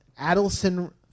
Adelson